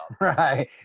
Right